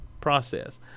process